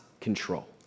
control